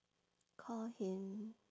call him